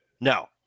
No